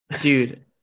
dude